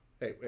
hey